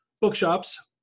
bookshops